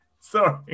Sorry